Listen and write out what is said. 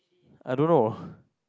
I don't know